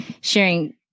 sharing